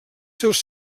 seus